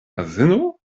azeno